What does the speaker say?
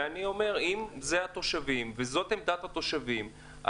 ואני אומר שאם אלה התושבים וזאת עמדת התושבים,